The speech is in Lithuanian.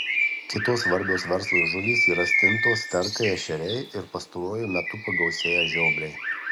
kitos svarbios verslui žuvys yra stintos sterkai ešeriai ir pastaruoju metu pagausėję žiobriai